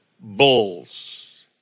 bulls